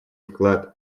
вклад